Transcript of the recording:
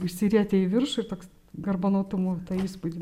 užsirietę į viršų ir toks garbanotumo tą įspūdį